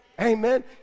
Amen